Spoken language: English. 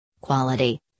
Quality